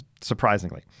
surprisingly